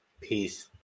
Peace